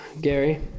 Gary